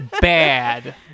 bad